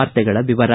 ವಾರ್ತೆಗಳ ವಿವರ